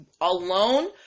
alone